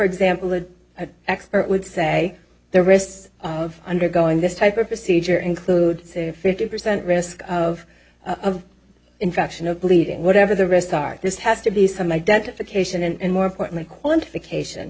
example a expert would say the wrists of undergoing this type of procedure include say a fifty percent risk of infection or bleeding whatever the rest are this has to be some identification and more important quantification